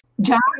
John